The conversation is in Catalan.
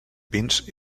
pins